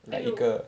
like 一个